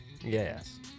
Yes